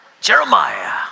Jeremiah